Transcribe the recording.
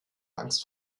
angst